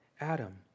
Adam